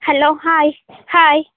hello hi hi